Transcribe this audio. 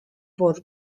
por